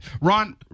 Ron